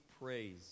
praise